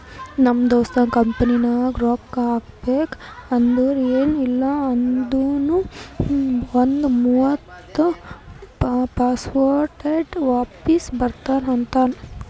ನಮ್ ದೋಸ್ತ ಕಂಪನಿನಾಗ್ ರೊಕ್ಕಾ ಹಾಕಬೇಕ್ ಅಂದುರ್ ಎನ್ ಇಲ್ಲ ಅಂದೂರ್ನು ಒಂದ್ ಮೂವತ್ತ ಪರ್ಸೆಂಟ್ರೆ ವಾಪಿಸ್ ಬರ್ಬೇಕ ಅಂತಾನ್